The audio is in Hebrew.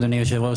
אדוני היושב ראש,